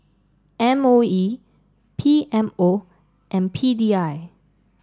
M O E P M O and P D I